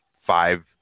five